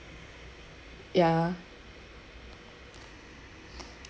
ya